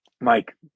Mike